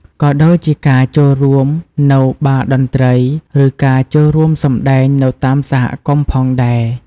ក៏ដូចជាការចូលរួមនៅបារតន្ត្រី ឬការចូលរួមសម្តែងនៅតាមសហគមន៍ផងដែរ។